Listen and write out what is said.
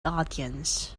audience